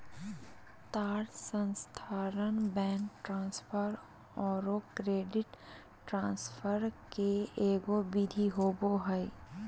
तार स्थानांतरण, bank transfer औरो क्रेडिट ट्रांसफ़र के एगो विधि होबो हइ